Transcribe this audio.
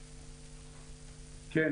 כן,